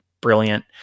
brilliant